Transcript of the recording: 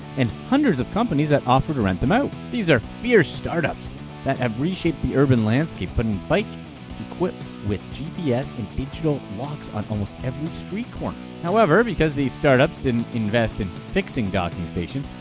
and hundreds of companies that offer to rent them out. these are fierce start-ups that have reshaped the urban landscape, putting bikes equipped with gps and digital locks on almost every street corner. however, because these startups didn't invest in fixed docking stations,